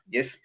Yes